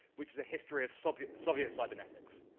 which is a history of soviet soviet cyber netters,